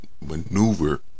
maneuver